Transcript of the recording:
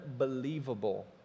unbelievable